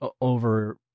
over